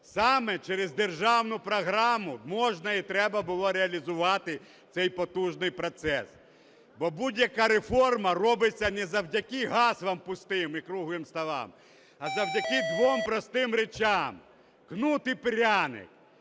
Саме через державну програму можна і треба було реалізувати цей потужний процес, бо будь-яка реформа робиться не завдяки гаслам пустим і круглим столам, а завдяки двом простим речам: кнут і пряник.